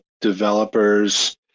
developers